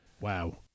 Wow